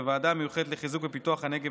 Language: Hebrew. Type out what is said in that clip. בוועדה המיוחדת לחיזוק ופיתוח הנגב